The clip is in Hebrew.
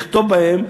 לכתוב בהן.